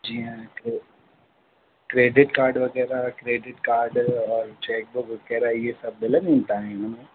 जीअं की credit card वग़ैरह क्रेडिट काड और चैक बुक वग़ैरह इहे सभु मिलंदियूं तव्हांजे हिन में